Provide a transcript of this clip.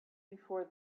before